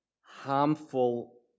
harmful